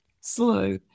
slow